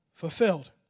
Fulfilled